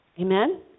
Amen